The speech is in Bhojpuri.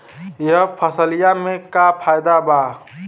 यह फसलिया में का फायदा बा?